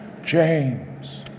James